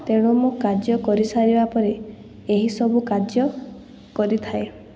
ତେଣୁ ମୁଁ କାର୍ଯ୍ୟ କରିସାରିବା ପରେ ଏହିସବୁ କାର୍ଯ୍ୟ କରିଥାଏ